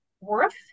worth